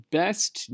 best